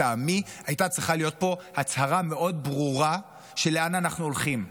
לטעמי הייתה צריכה להיות פה הצהרה ברורה מאוד של לאן אנחנו הולכים,